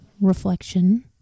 reflection